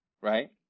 right